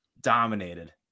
dominated